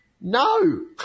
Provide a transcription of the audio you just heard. no